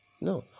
No